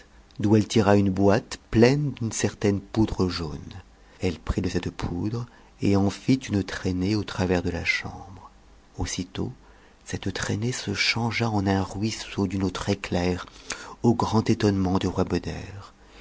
d'où elle tira une botte pleine d'une certaine poudre jaune elle prit de cette poudre et en fit une traînée au travers de la chambre aussitôt cette traînée se changea en un ruisseau d'une eau très-claire au grand étonnement du roi